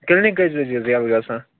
clinic کٔژِ بَجہِ حظ ییٚلہٕ گَژھان